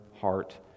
heart